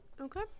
Okay